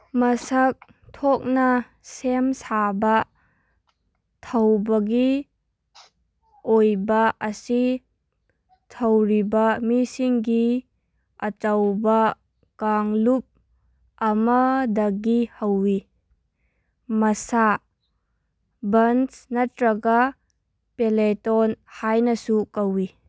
ꯃꯁꯛ ꯊꯣꯛꯅ ꯁꯦꯝ ꯁꯥꯕ ꯊꯧꯕꯒꯤ ꯑꯣꯏꯕ ꯑꯁꯤ ꯊꯧꯔꯤꯕ ꯃꯤꯁꯤꯡꯒꯤ ꯑꯆꯧꯕ ꯀꯥꯡꯂꯨꯞ ꯑꯃꯗꯒꯤ ꯍꯧꯏ ꯃꯁꯥ ꯕꯟꯁ ꯅꯠꯇ꯭ꯔꯒ ꯄꯦꯂꯦꯇꯣꯟ ꯍꯥꯏꯅꯁꯨ ꯀꯧꯏ